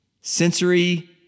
sensory